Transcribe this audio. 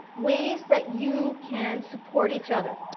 ways that you can support each other